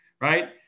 right